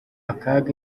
akaga